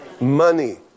Money